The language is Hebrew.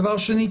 דבר שני,